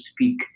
speak